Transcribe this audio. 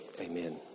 amen